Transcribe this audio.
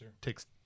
takes